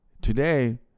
today